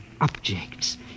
objects